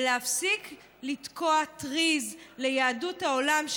ולהפסיק לתקוע טריז מול יהדות העולם,